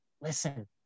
listen